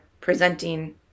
presenting